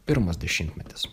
pirmas dešimtmetis